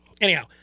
Anyhow